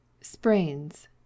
sprains